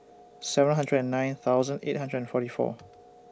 seven hundred and nine thousand eight hundred and forty four